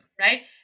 Right